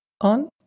on